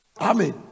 amen